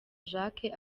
jacques